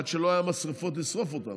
עד שלא היו משרפות לשרוף אותם.